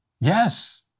Yes